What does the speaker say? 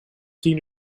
tien